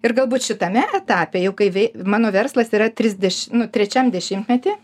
ir galbūt šitame etape jau kai vei mano verslas yra trisdeši du trečiam dešimtmety